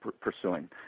pursuing